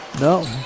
No